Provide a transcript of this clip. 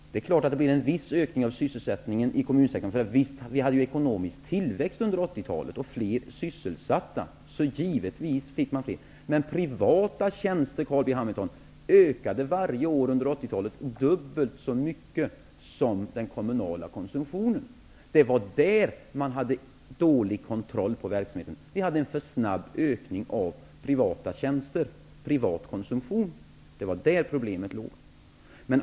Det är klart att det blev en viss ökning av sysselsättningen i kommunsektorn. Vi hade ju ekonomisk tillväxt under 80-talet och fler sysselsatta. Men privata tjänster ökade varje år under 80-talet dubbelt så mycket som den kommunala konsumtionen, Carl B Det var där man hade dålig kontroll på verksamheten. Det skedde en för snabb ökning av den privata tjänstesektorn och av privat konsumtion. Det var där problemet låg.